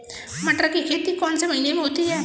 मटर की खेती कौन से महीने में होती है?